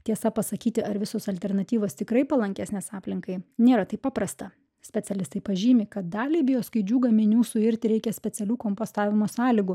tiesa pasakyti ar visos alternatyvos tikrai palankesnės aplinkai nėra taip paprasta specialistai pažymi kad daliai bioskaidžių gaminių suirti reikia specialių kompostavimo sąlygų